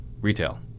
retail